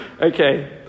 Okay